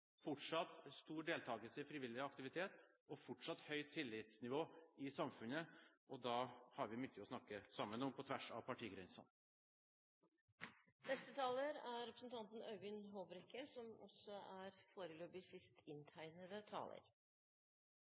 fortsatt høy grad av sosial kapital i Norge, fortsatt stor deltagelse i frivillig aktivitet og fortsatt høyt tillitsnivå i samfunnet. Da har vi mye å snakke sammen om, på tvers av partigrensene.